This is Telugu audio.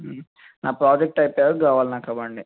నా ప్రాజెక్ట్ అయిపోయే వరకు కావాలి నాకు ఆ బండి